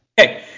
Okay